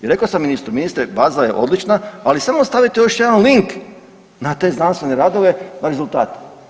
I rekao sam ministre, ministre baza je odlična, ali samo stavite još jedan link na te znanstvene radove, na rezultate.